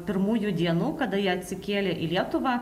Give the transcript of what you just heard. pirmųjų dienų kada jie atsikėlė į lietuvą